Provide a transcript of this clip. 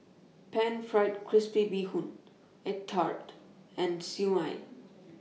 Pan Fried Crispy Bee Hoon Egg Tart and Siew Mai